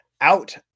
out